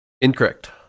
Incorrect